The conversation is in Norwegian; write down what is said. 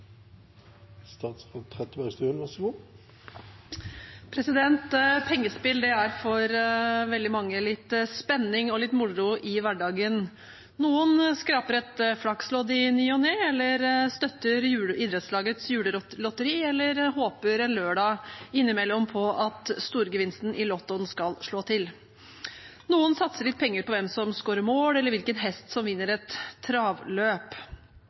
for veldig mange litt spenning og litt moro i hverdagen. Noen skraper et Flax-lodd i ny og ne eller støtter idrettslagets julelotteri eller håper en lørdag innimellom på at storgevinsten i Lotto skal slå til. Noen satser litt penger på hvem som scorer mål, eller hvilken hest som vinner et travløp.